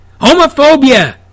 Homophobia